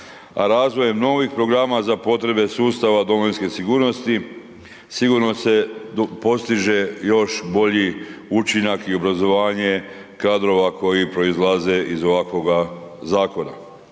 razvojem novih programa za potrebe sustava domovinske sigurnosti, sigurno se postiže još bolji učinak i obrazovanje kadrova koji proizlaze iz ovakvoga zakona.